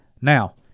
now